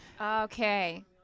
Okay